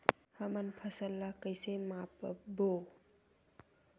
हमन फसल ला कइसे माप बो?